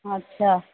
अच्छा